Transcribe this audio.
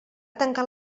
tancar